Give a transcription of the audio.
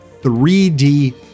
3D